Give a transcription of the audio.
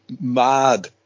mad